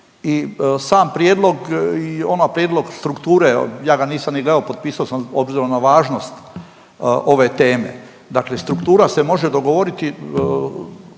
sam prijedlog i odmah prijedlog strukture, ja ga nisam ni gledao, potpisao sam obzirom na važnost ove teme. Dakle struktura se može dogovoriti